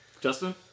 Justin